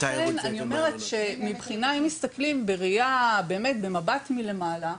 אם מסתכלים במבט מלמעלה,